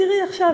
תראי עכשיו,